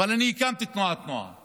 אבל הקמתי תנועת נוער.